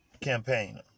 campaign